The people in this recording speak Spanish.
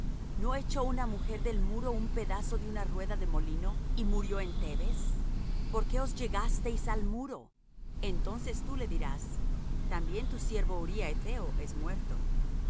no echó una mujer del muro un pedazo de una rueda de molino y murió en thebes por qué os llegasteis al muro entonces tú le dirás también tu siervo uría hetheo es muerto